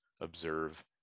observe